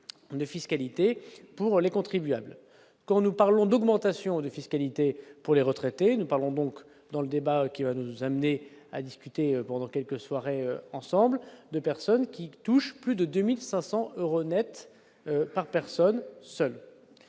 de fiscalité pour les contribuables, quand nous parlons d'augmentation de fiscalité pour les retraités, nous parlons donc dans le débat qui va nous amener à discuter pendant quelques soirées ensembles de personnes qui touche plus de 2500 euros nets par personne seule